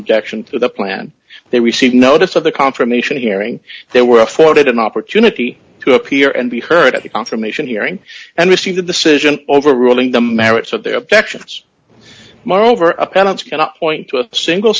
objection to the plan they received notice of the confirmation hearing they were afforded an opportunity to appear and be heard at the confirmation hearing and received a decision overruling the merits of their objections moreover opponents cannot point to a single